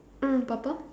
mm purple